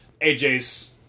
AJ's